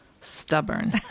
stubborn